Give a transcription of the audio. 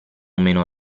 meno